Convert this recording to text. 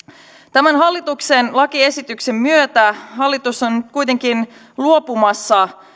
tämän hallituksen lakiesityksen myötä hallitus on kuitenkin luopumassa